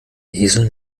esel